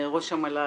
ראש המל"ל,